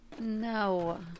No